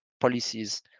policies